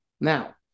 Now